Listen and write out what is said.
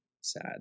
sad